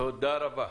תודה רבה.